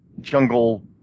jungle